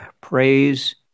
praise